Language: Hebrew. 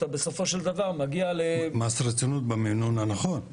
אתה בסופו של דבר מגיע --- מס רצינות במינון הנכון.